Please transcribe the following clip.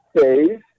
phase